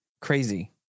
crazy